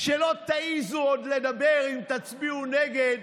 שלא תעזו עוד לדבר, אם תצביעו נגד,